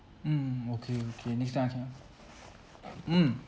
mm okay okay next time I can ah mm